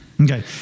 Okay